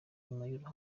inyuma